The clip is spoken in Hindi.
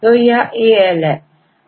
तो यहAL है